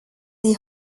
see